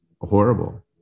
horrible